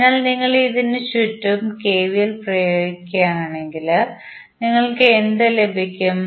അതിനാൽ നിങ്ങൾ ഇതിന് ചുറ്റും കെവിഎൽ പ്രയോഗിക്കുകയാണെങ്കിൽ നിങ്ങൾക്ക് എന്ത് ലഭിക്കും